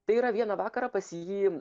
tai yra vieną vakarą pas jį